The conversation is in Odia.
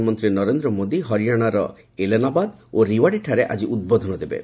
ପ୍ରଧାନମନ୍ତ୍ରୀ ନରେନ୍ଦ୍ର ମୋଦୀ ହରିଆଣାର ଏଲେନାବାଦ୍ ଓ ରିଓ୍ବାଡି ଠାରେ ଆଜି ଉଦ୍ବୋଧନ ଦେବେ